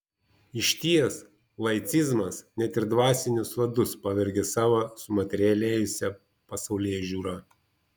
išties laicizmas net ir dvasinius vadus pavergia savo sumaterialėjusia pasaulėžiūra